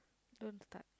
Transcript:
don't start